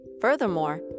Furthermore